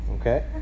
Okay